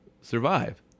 survive